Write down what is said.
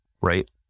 right